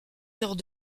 heures